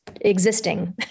existing